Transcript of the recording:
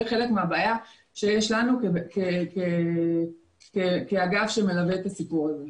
זה חלק מהבעיה שיש לנו כאגף שמלווה את הסיפור הזה.